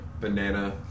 banana